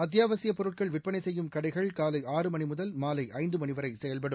அத்தியாவசியப் பொருட்கள் விற்பனை செய்யும் கடைகள் காலை ஆறு மணிமுதல் மாலை ஐந்து மணி வரை செயல்படும்